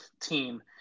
team